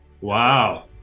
wow